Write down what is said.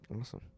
Awesome